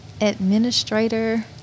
administrator